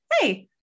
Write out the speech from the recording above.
hey